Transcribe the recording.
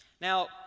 Now